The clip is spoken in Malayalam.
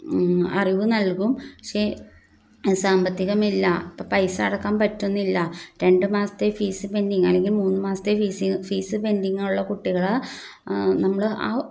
അറിവ് നൽകും പക്ഷേ സാമ്പത്തികമില്ല അപ്പോൾ പൈസ അടക്കാൻ പറ്റുന്നില്ല രണ്ടു മാസത്തെ ഫീസ് പെൻഡിങ് അല്ലെങ്കിൽ മൂന്ന് മാസത്തെ ഫീസ് പെൻഡിങ്ങുള്ള കുട്ടികളാണ് നമ്മൾ ആ